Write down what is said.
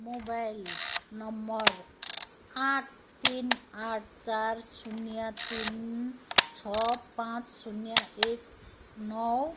mobile number आठ तिन आठ चार शून्य तिन छ पाँच शून्य एक नौ